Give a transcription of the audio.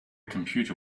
computer